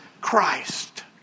Christ